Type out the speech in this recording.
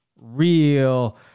real